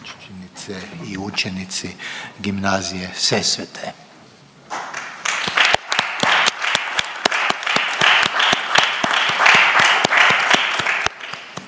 i učenici Gimnazije Sesvete